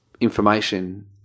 information